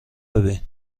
ببین